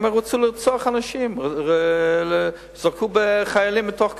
הם הרי רצו לרצוח אנשים, זרקו חיילים מתוך קומה.